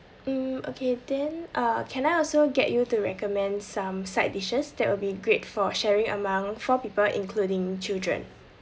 mm okay then uh can I also get you to recommend some side dishes that would be great for sharing among four people including children